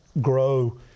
grow